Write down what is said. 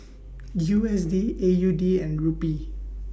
U S D A U D and Rupee